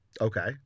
Okay